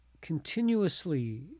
continuously